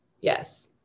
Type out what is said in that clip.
Yes